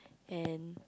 and